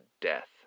death